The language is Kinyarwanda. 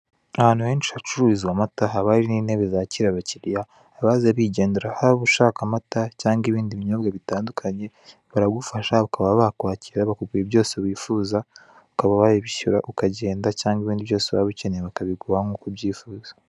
Ahantu henshi hacururizwa amata haba hari intebe zakira abakiliya, abaza bigendera, haba ushaka amata cyangwa ibindi binyobwa bitandukanye baragufasha ukaba bakwakira bakubwira byose wifuza ukaba wabishyura ukagenda, cyangwa ibindi byose waba ukeneye bakabiguha nk'uko babyifuza.